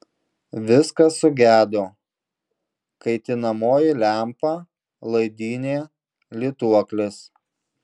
viskas sugedo kaitinamoji lempa laidynė lituoklis